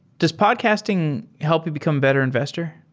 does podcasting help you become better investor?